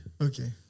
Okay